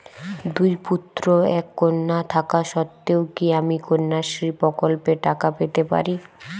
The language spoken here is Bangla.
দুই পুত্র এক কন্যা থাকা সত্ত্বেও কি আমি কন্যাশ্রী প্রকল্পে টাকা পেতে পারি?